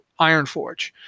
Ironforge